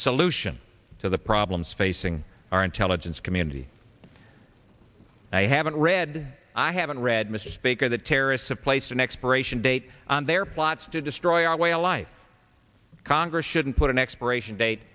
solution to the problems facing our intelligence community i haven't read i haven't read mr speaker that terrorists have placed an expiration date on their plots to destroy our way of life congress shouldn't put an expiration date